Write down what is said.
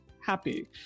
happy